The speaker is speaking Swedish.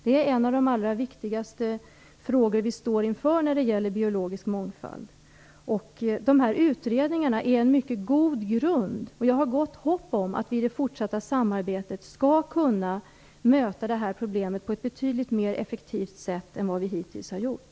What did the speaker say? Det är en av de allra viktigaste frågorna som vi står inför när det gäller biologisk mångfald. De här utredningarna är en mycket god grund, och jag har gott hopp om att vi i det fortsatta samarbetet skall kunna möta det här problemet på ett betydligt mer effektivt sätt än vad vi hittills har gjort.